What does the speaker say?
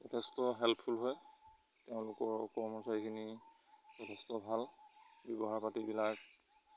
যথেষ্ট হেল্পফুল হয় তেওঁলোকৰ কৰ্মচাৰীখিনি যথেষ্ট ভাল ব্যৱহাৰ পাতিবিলাক